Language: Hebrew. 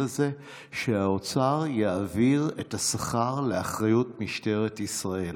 הזה שהאוצר יעביר את השכר לאחריות משטרת ישראל.